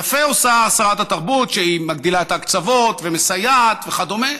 יפה עושה שרת התרבות שהיא מגדילה את ההקצבות ומסייעת וכדומה,